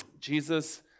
Jesus